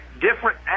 different